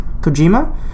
Kojima